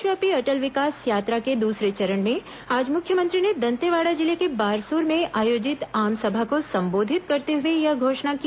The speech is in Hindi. प्रदेशव्यापी अटल विकास यात्रा के दूसरे चरण में आज मुख्यमंत्री ने दंतेवाड़ा जिले के बारसूर में आयोजित आमसभा को सम्बोधित करते हुए यह घोषणा की